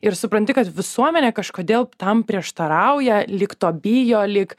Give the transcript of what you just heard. ir supranti kad visuomenė kažkodėl tam prieštarauja lyg to bijo lyg